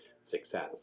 success